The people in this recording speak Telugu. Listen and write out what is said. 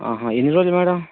ఆహా ఎన్ని రోజులు మేడం